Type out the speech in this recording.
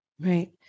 Right